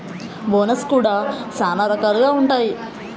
bonus కూడా శ్యానా రకాలుగా ఉంటాయి